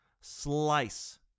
slice